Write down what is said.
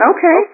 Okay